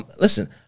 Listen